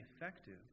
effective